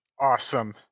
awesome